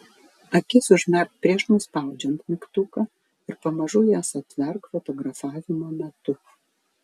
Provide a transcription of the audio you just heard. akis užmerk prieš nuspaudžiant mygtuką ir pamažu jas atverk fotografavimo metu